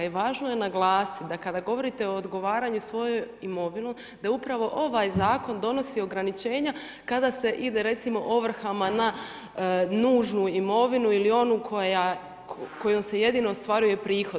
I važno je naglasiti da kada govorite o odgovaranju svojom imovinom da upravo ovaj zakon donosi ograničenja kada se ide recimo ovrhama na nužnu imovinu ili onu kojom se jedino ostvaruje prihod.